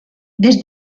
des